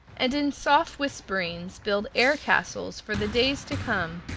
and in soft whisperings build air castles for the days to come,